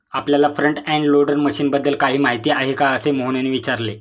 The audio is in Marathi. आपल्याला फ्रंट एंड लोडर मशीनबद्दल काही माहिती आहे का, असे मोहनने विचारले?